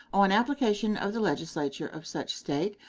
on application of the legislature of such state,